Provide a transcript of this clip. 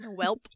Welp